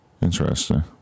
interesting